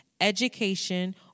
education